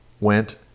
went